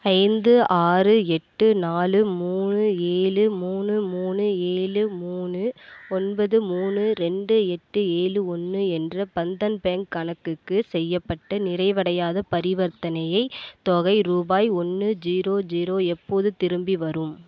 ஐந்து ஆறு எட்டு நாலு மூணு ஏழு மூணு மூணு ஏழு மூணு ஒன்பது மூணு ரெண்டு எட்டு ஏழு ஒன்று என்ற பந்தன் பேங்க் கணக்குக்கு செய்யப்பட்ட நிறைவடையாத பரிவர்த்தனையை தொகை ரூபாய் ஒன்று ஜீரோ ஜீரோ எப்போது திரும்பி வரும்